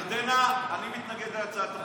ירדנה, אני מתנגד להצעת החוק.